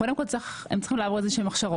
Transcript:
קודם כל הם צריכים לעבור איזה שהן הכשרות,